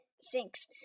sinks